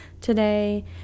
today